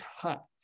cut